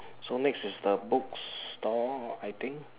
so next is the book store I think